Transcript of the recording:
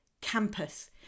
campus